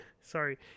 sorry